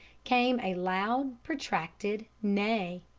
came a loud protracted neigh.